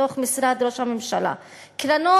לקיים חיי משפחה בישראל עם בני-זוגם השייכים לבני עמם או בני אומתם,